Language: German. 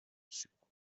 zypern